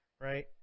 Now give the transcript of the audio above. right